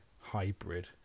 hybrid